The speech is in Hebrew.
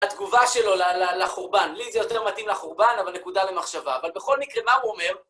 התגובה שלו לחורבן. לי זה יותר מתאים לחורבן, אבל נקודה למחשבה. אבל בכל מקרה, מה הוא אומר?